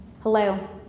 hello